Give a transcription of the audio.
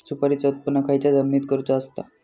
सुपारीचा उत्त्पन खयच्या जमिनीत करूचा असता?